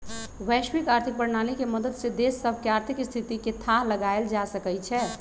वैश्विक आर्थिक प्रणाली के मदद से देश सभके आर्थिक स्थिति के थाह लगाएल जा सकइ छै